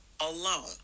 alone